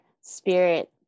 spirit